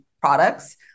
products